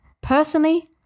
Personally